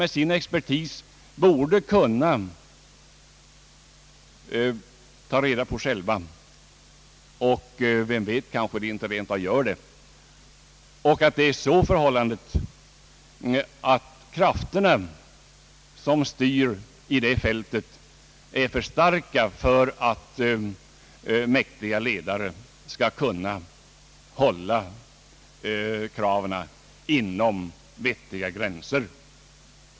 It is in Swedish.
Med sin expertis borde de kunna ta reda på dessa själva — och vem vet, kanske de rent av gör det. De krafter som styr på detta fält är för starka för att mäktiga ledare skall kunna hålla kraven inom vettiga gränser.